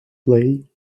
play